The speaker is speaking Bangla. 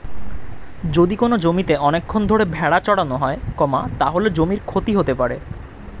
যদি কোনো জমিতে অনেকক্ষণ ধরে ভেড়া চড়ানো হয়, তাহলে জমির ক্ষতি হতে পারে